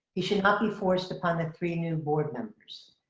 he should not be forced upon the three new board members.